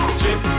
chip